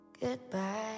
goodbye